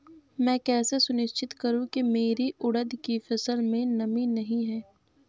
मैं कैसे सुनिश्चित करूँ की मेरी उड़द की फसल में नमी नहीं है?